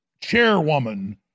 chairwoman